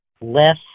less